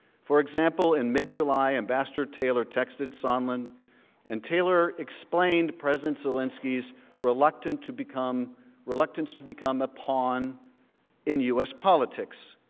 for example, in mid july ambassador taylor texted sondland and taylor explained president zelinski's reluctance to become reluctance to become a pawn in u s. policy. politics.